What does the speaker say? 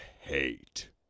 hate